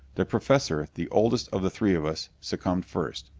the professor, the oldest of the three of us, succumbed first.